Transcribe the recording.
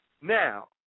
Now